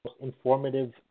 informative